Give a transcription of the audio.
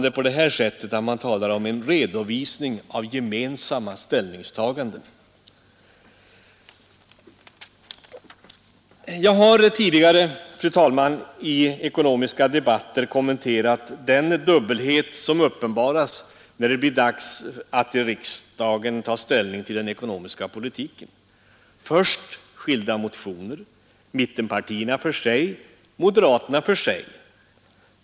Därav blev intet! Jag har tidigare i ekonomiska debatter, fru talman, kommenterat den dubbelhet som uppenbaras när det blir dags att i riksdagen ta ställning till den ekonomiska politiken. Först har vi skilda motioner, mittenpartierna för sig, moderaterna för sig.